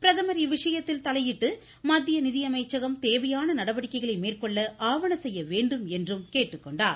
பிரதமர் இவ்விசயத்தில் தலையிட்டு மத்திய நிதியமைச்சகம் தேவையான நடவடிக்கைகளை மேற்கொள்ள ஆவண செய்ய வேண்டும் என்று முதலமைச்சா் கேட்டுக்கொண்டுள்ளார்